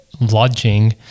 lodging